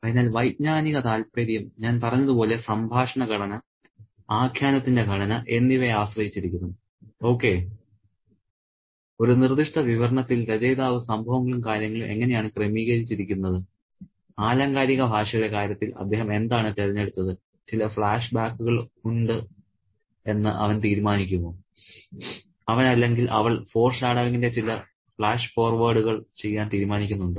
അതിനാൽ വൈജ്ഞാനിക താൽപ്പര്യം ഞാൻ പറഞ്ഞതുപോലെ സംഭാഷണ ഘടന ആഖ്യാനത്തിന്റെ ഘടന എന്നിവയെ ആശ്രയിച്ചിരിക്കുന്നു ഓക്കേ ഒരു നിർദ്ദിഷ്ട വിവരണത്തിൽ രചയിതാവ് സംഭവങ്ങളും കാര്യങ്ങളും എങ്ങനെയാണ് ക്രമീകരിച്ചിരിക്കുന്നത് ആലങ്കാരിക ഭാഷയുടെ കാര്യത്തിൽ അദ്ദേഹം എന്താണ് തിരഞ്ഞെടുത്തത് ചില ഫ്ലാഷ്ബാക്കുകൾ ഉണ്ടെന്ന് അവൻ തീരുമാനിക്കുമോ അവൻ അല്ലെങ്കിൽ അവൾ ഫോർഷാഡോയിങ്ങിന്റെ ചില ഫ്ലാഷ് ഫോർവേഡുകൾ ചെയ്യാൻ തീരുമാനിക്കുന്നുണ്ടോ